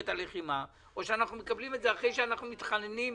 הלחימה או שאנחנו מקבלים את זה אחרי שאנחנו מתחננים,